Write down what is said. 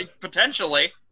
potentially